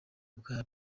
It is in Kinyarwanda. ibyabo